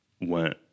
went